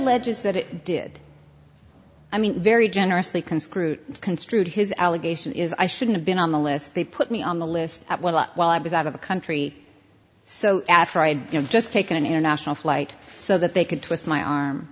alleges that it did i mean very generously can screw construed his allegation is i shouldn't have been on the list they put me on the list while i was out of the country so after i had just taken an international flight so that they could twist my arm